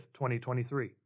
2023